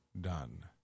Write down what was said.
done